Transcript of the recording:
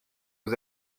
aux